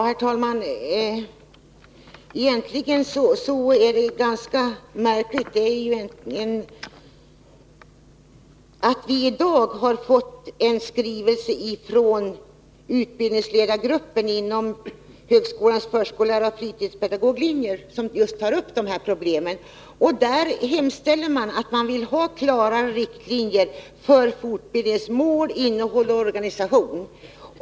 Herr talman! Vi har i dag fått en skrivelse från utbildningsledargruppen inom högskolans förskolelärareoch fritidspedagoglinjer, som just tar upp dessa problem. Man säger att man vill ha klara riktlinjer för fortbildningens mål, innehåll och organisation.